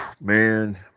man